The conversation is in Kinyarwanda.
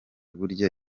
burya